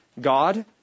God